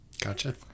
Gotcha